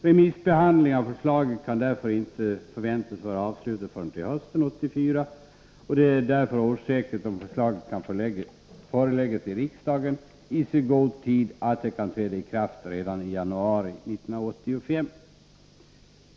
Remissbehandlingen av förslagen kan inte förväntas vara avslutad förrän till hösten 1984. Det är därför osäkert om förslag kan föreläggas riksdagen i så god tid att en ny lagstiftning kan träda i kraft redan i januari 1985.